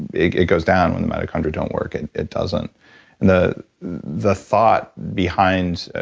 it it goes down. when the mitochondria don't work, and it doesn't the the thought behind,